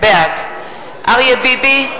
בעד אריה ביבי,